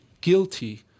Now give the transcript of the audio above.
guilty